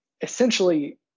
Essentially